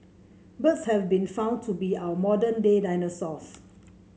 birds have been found to be our modern day dinosaurs